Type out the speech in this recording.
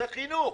זה חינוך.